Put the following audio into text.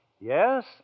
Yes